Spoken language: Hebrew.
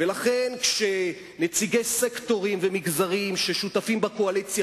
ולכן כשנציגי סקטורים ומגזרים ששותפים בקואליציה